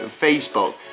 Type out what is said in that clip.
facebook